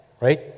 right